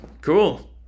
cool